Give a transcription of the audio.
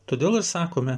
todėl ir sakome